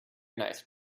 nice